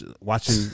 watching